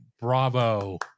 bravo